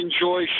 enjoy